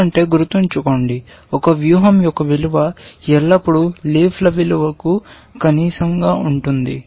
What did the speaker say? ఎందుకంటే గుర్తుంచుకోండి ఒక వ్యూహం యొక్క విలువ ఎల్లప్పుడూ లీఫ్ ల విలువకు కనీసంగా ఉంటుంది